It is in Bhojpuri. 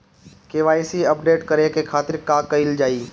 के.वाइ.सी अपडेट करे के खातिर का कइल जाइ?